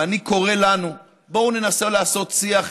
ואני קורא לנו: בואו ננסה לעשות שיח,